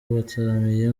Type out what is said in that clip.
bataramiye